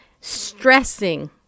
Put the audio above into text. stressing